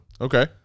okay